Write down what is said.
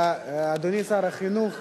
אדוני שר החינוך,